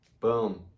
Boom